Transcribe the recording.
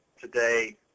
today